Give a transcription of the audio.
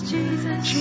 Jesus